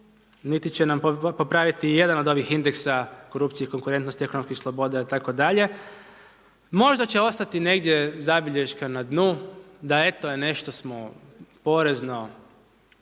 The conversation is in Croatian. niti će nam popraviti jedan od ovih indeksa korupcije i konkurentnosti ekonomskih sloboda itd. Možda će ostati negdje zabilješka na dnu da eto nešto smo porezno